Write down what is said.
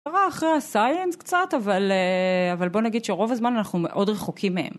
אחרי הסיינס קצת, אבל בוא נגיד שרוב הזמן אנחנו מאוד רחוקים מהם.